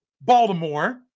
Baltimore